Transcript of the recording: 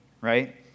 right